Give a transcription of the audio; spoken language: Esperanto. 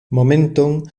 momenton